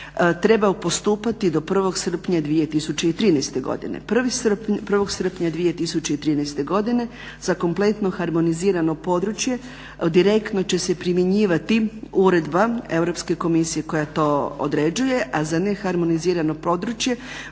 trebaju postupati do 1. srpnja 2013. godine. 1. srpnja 2013. godine za kompletno harmonizirano područje direktno će se primjenjivati uredba Europske komisije koja to određuje, a za neharmonizirano područje